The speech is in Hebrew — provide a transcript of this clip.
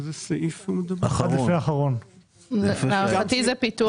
זה גם פיתוח.